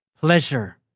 pleasure